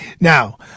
Now